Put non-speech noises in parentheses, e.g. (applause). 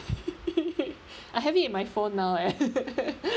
(laughs) I have it in my phone now eh (laughs) (breath)